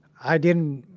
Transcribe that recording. i didn't,